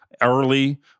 early